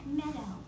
meadow